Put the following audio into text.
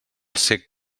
cec